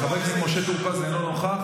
חבר הכנסת משה טור פז, אינו נוכח.